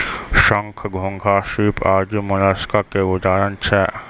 शंख, घोंघा, सीप आदि मोलस्क के अच्छा उदाहरण छै